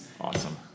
Awesome